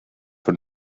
von